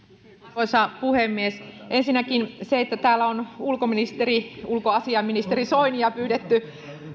arvoisa puhemies ensinnäkin se että täällä on ulkoministeri ulkoasiainministeri soinia pyydetty